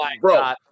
bro